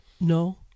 No